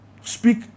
Speak